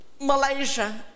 Malaysia